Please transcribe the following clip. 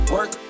Work